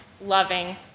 loving